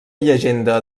llegenda